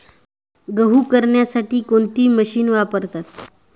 गहू करण्यासाठी कोणती मशीन वापरतात?